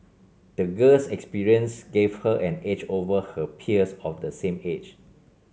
the girl's experience gave her an edge over her peers of the same age